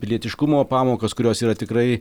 pilietiškumo pamokas kurios yra tikrai